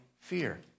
fear